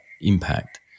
impact